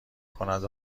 کند